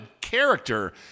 character